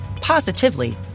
positively